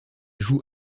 joue